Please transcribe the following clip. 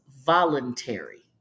voluntary